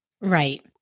Right